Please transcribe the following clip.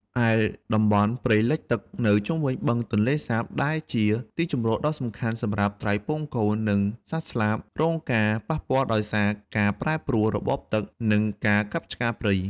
ឯតំបន់ព្រៃលិចទឹកនៅជុំវិញបឹងទន្លេសាប ដែលជាទីជម្រកដ៏សំខាន់សម្រាប់ត្រីពងកូន និងសត្វស្លាប រងការប៉ះពាល់ដោយសារការប្រែប្រួលរបបទឹក និងការកាប់ឆ្ការព្រៃ។